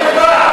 את החרפה,